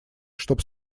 чтобы